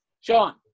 Sean